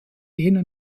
jener